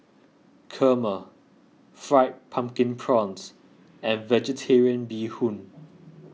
Kurma Fried Pumpkin Prawns and Vegetarian Bee Hoon